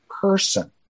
person